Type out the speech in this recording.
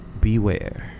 beware